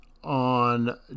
on